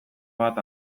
bat